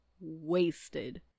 wasted